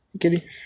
Kitty